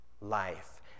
life